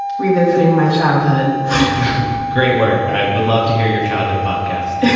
revisiting my childhood great work. i would love to hear your childhood podcast.